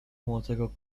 młodego